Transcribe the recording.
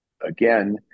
again